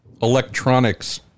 electronics